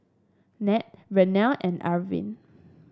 Nat Vernell and Arvin